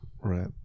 Right